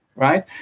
Right